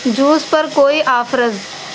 juice پر کوئی offers